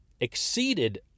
exceeded